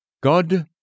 God